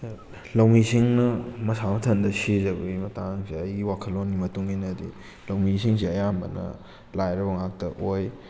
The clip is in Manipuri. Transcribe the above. ꯂꯧꯃꯤꯁꯤꯡꯅ ꯃꯁꯥ ꯃꯊꯟꯗ ꯁꯤꯖꯕꯒꯤ ꯃꯇꯥꯡꯁꯦ ꯑꯩꯒꯤ ꯋꯥꯈꯜꯂꯣꯟꯒꯤ ꯃꯇꯨꯡ ꯏꯟꯅꯗꯤ ꯂꯧꯃꯤꯁꯤꯡꯁꯦ ꯑꯌꯥꯝꯕꯅ ꯂꯥꯏꯔꯕ ꯉꯥꯛꯇ ꯑꯣꯏ